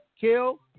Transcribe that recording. kill